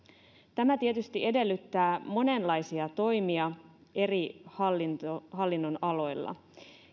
tämä tietysti edellyttää monenlaisia toimia eri hallinnonaloilla